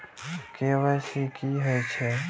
KYC की हे छे?